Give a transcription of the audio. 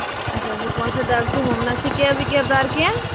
اَچھا زٕ پونٛسہٕ دَپ ژٕ ہُم نہ سِکیب وِکیب دار کیٚنہہ